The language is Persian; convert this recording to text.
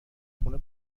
خونه